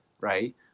right